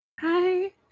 Hi